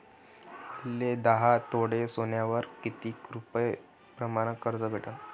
मले दहा तोळे सोन्यावर कितीक रुपया प्रमाण कर्ज भेटन?